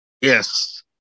Yes